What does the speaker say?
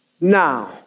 now